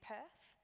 Perth